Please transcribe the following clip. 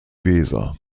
weser